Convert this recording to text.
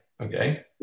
okay